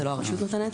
זה לא הרשות נותנת,